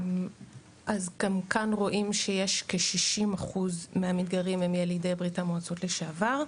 אז גם כאן רואים שיש כ-60% מהמתגיירים הם ילידי ברית המועצות לשעבר,